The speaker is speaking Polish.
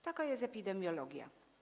Taka jest epidemiologia.